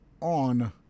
on